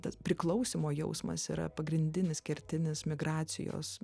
tas priklausymo jausmas yra pagrindinis kertinis migracijos